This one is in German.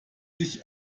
sich